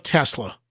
Tesla